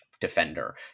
defender